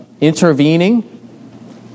intervening